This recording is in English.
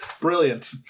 Brilliant